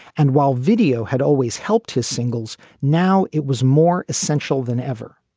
and while video had always helped his singles, now it was more essential than ever.